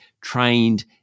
trained